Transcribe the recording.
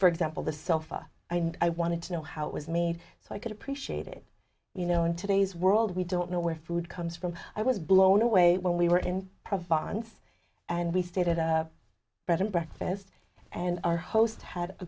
for example the sofa and i wanted to know how it was made so i could appreciate it you know in today's world we don't know where food comes from i was blown away when we were in provides and we stated a bed and breakfast and our host had a